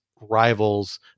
Rivals